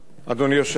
אדוני היושב-ראש,